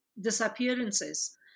disappearances